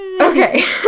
Okay